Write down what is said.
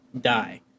die